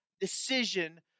decision